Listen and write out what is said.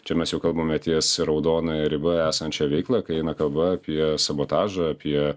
čia mes jau kalbame ties raudonąja riba esančia veikla kai eina kalba apie sabotažą apie